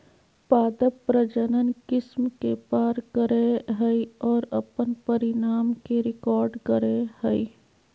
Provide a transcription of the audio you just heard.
पादप प्रजनन किस्म के पार करेय हइ और अपन परिणाम के रिकॉर्ड करेय हइ